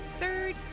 Third